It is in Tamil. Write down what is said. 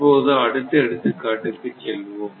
இப்போது அடுத்த எடுத்துக்காட்டுக்கு செல்வோம்